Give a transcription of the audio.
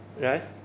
Right